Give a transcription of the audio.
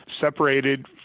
separated